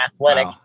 athletic